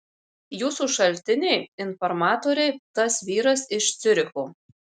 jūsų šaltiniai informatoriai tas vyras iš ciuricho